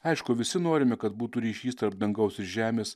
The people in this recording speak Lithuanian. aišku visi norime kad būtų ryšys tarp dangaus žemės